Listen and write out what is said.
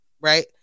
right